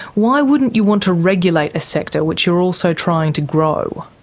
why wouldn't you want to regulate a sector which you're also trying to grow?